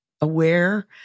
aware